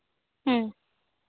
ᱦᱩᱸ